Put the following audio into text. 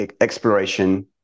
exploration